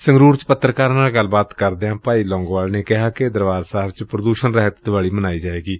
ਸੰਗਰੂਰ ਚ ਪੱਤਰਕਾਰਾਂ ਨਾਲ ਗੱਲਬਾਤ ਕਰਦਿਆਂ ਭਾਈ ਲੌਂਗੋਵਾਲ ਨੇ ਕਿਹਾ ਕਿ ਦਰਬਾਰ ਸਾਹਿਬ ਚ ਪ੍੍ਦੂਸ਼ਣ ਰਹਿਤ ਦੀਵਾਲੀ ਮਨਾਈ ਜਾਏਗੀ